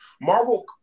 Marvel